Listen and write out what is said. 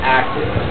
active